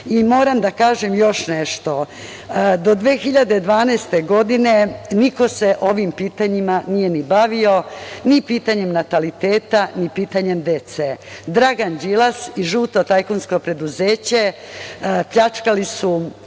dinara. Moram da kažem još nešto. Do 2012. godine niko se ovim pitanjima nije ni bavio, ni pitanjem nataliteta, ni pitanjem dece. Dragan Đilas i žuto tajkunsko preduzeće pljačkali su